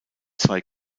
zwei